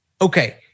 okay